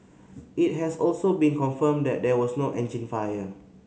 it has also been confirmed that there was no engine fire